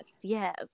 Yes